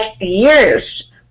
years